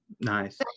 Nice